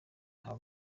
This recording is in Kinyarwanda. nta